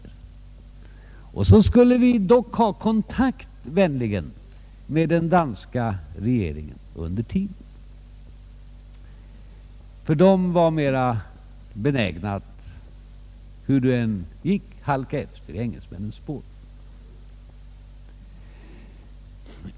Under tiden skulle vi dock vänligen ha kontakt med den danska regeringen, ty den var mera benägen att, hur det än blev, halka efter i engelsmännens spår.